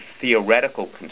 theoretical